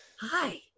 Hi